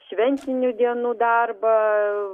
šventinių dienų darbą